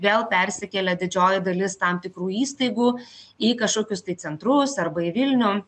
vėl persikėlė didžioji dalis tam tikrų įstaigų į kažkokius tai centrus arba į vilnių